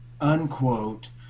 unquote